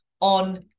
on